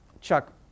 Chuck